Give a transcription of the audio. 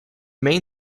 main